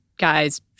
guys